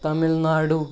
Tamil Nadu